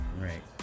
Right